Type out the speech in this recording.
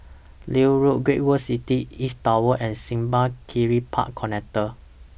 Leith Road Great World City East Tower and Simpang Kiri Park Connector